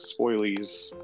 spoilies